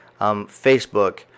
Facebook